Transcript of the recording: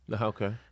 Okay